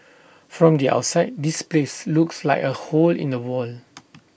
from the outside this place looks like A hole in the wall